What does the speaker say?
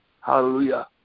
Hallelujah